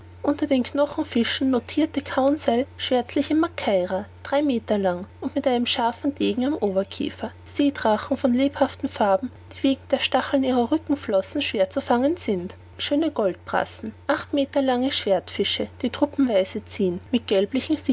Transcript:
unter den knochenfischen notirte conseil schwärzliche makara drei meter lang und mit einem scharfen degen am oberkiefer seedrachen von lebhaften farben die wegen der stacheln ihrer rückenflossen schwer zu fangen sind schöne goldbrassen acht meter lange schwertfische die truppweise ziehen mit gelblichen